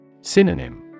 Synonym